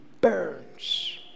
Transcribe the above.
burns